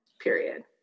period